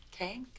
Okay